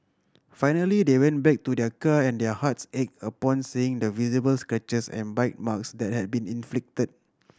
finally they went back to their car and their hearts ache upon seeing the visible scratches and bite marks that had been inflicted